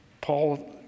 Paul